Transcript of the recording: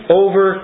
over